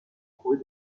trouver